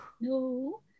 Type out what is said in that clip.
No